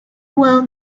well